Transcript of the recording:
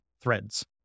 threads